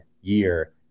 year